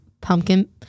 Pumpkin